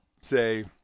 say